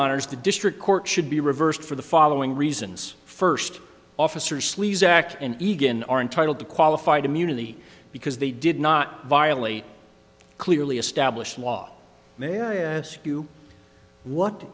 honour's the district court should be reversed for the following reasons first officer sleeze act and egan are entitled to qualified immunity because they did not violate clearly established law may i ask you what